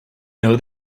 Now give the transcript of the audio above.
know